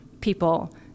people